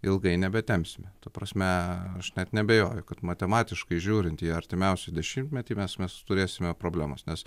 ilgai nebetempsime ta prasme aš net neabejoju kad matematiškai žiūrint į artimiausią dešimtmetį mes mes turėsime problemos nes